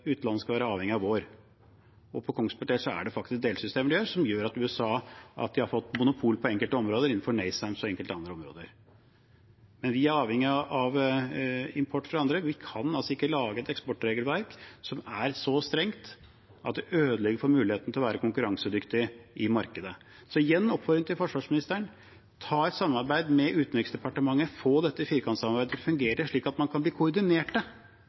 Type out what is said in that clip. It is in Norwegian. skal være avhengig av vår, og for Kongsbergs del er det faktisk delsystemer de gjør, som gjør at de i USA har fått monopol på enkelte områder, innenfor NASAMS og enkelte andre områder. Men vi er avhengige av import fra andre. Vi kan altså ikke lage et eksportregelverk som er så strengt at det ødelegger for muligheten til å være konkurransedyktig i markedet. Så igjen en oppfordring til forsvarsministeren: Ha et samarbeid med Utenriksdepartementet, få dette firkantsamarbeidet til å fungere, slik at man kan bli koordinert. Hvis man ikke aksepterer det